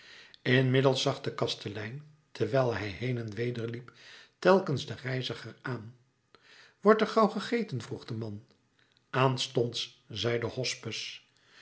inmiddels zag de kastelein terwijl hij heen en weder liep telkens den reiziger aan wordt er gauw gegeten vroeg de man aanstonds